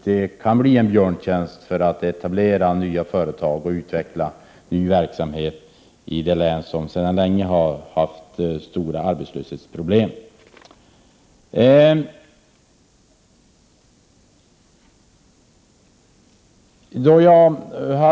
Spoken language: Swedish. Det kan bli en björntjänst beträffande etablering av nya företag och utveckling av ny verksamhet i de län som sedan länge har haft stora arbetslöshetsproblem.